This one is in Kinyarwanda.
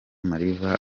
mariva